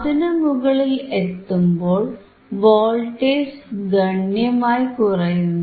അതിനു മുകളിൽ എത്തുമ്പോൾ വോൾട്ടേജ് ഗണ്യമായി കുറയുന്നു